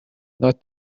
not